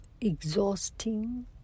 exhausting